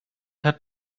hat